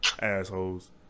assholes